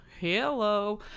hello